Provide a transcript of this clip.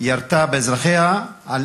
ירתה באזרחיה על